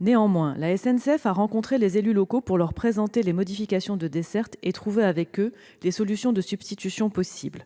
La SNCF a rencontré les élus locaux pour leur présenter les modifications de dessertes et trouver avec eux les solutions de substitution possibles.